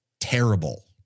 terrible